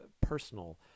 personal